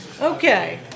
Okay